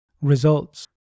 Results